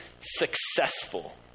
successful